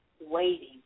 waiting